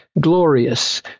glorious